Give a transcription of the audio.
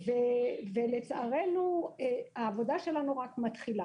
בשטח ולצערנו העבודה שלנו רק מתחילה.